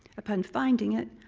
upon finding it,